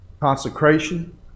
consecration